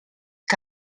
que